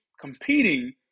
competing